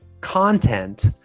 content